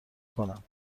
کنم